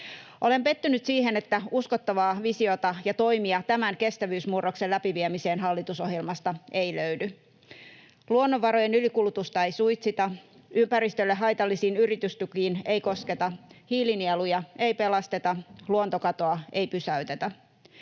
Olen pettynyt siihen, että uskottavaa visiota ja toimia tämän kestävyysmurroksen läpiviemiseen hallitusohjelmasta ei löydy. Luonnonvarojen ylikulutusta ei suitsita, ympäristölle haitallisiin yritystukiin ei kosketa, hiilinieluja ei pelasteta, luontokatoa ei pysäytetä.